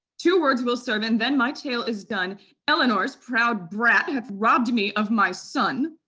two words will serve, and then my tale is done eleanor's proud brat hath robbed me of my son.